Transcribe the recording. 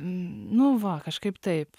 nu va kažkaip taip